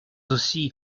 aussi